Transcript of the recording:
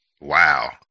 Wow